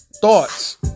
thoughts